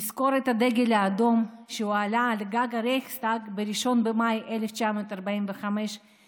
נזכור את הדגל האדום שהועלה על גג הרייכסטאג ב-1 במאי 1945 כסמל